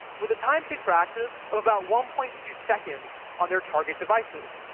with a time to interactive of about one point two seconds on their target devices.